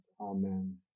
Amen